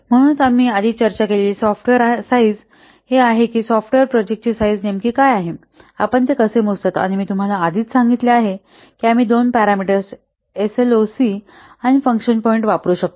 म्हणूनच आम्ही आधी चर्चा केलेले सॉफ्टवेअर साईझ हे आहे की हे सॉफ्टवेअर प्रोजेक्टची साईझ नेमकी काय आहे आपण ते कसे मोजता आणि मी तुम्हाला आधीच सांगितले आहे की आम्ही दोन parameters S L O C आणि फंक्शन पॉईंट वापरू शकतो